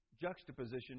juxtaposition